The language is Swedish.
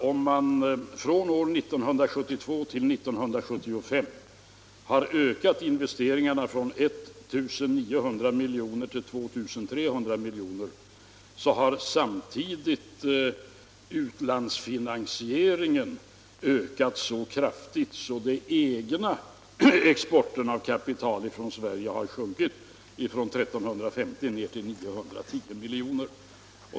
Från 1972 till 1975 ökade investeringarna från 1900 miljoner till 2 300 miljoner, men samtidigt ökade utlandsfinansieringen så kraftigt att den egna exporten av kapital från Sverige sjönk från 1 350 till 910 miljoner.